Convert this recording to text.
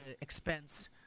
expense